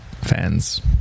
fans